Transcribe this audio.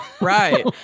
right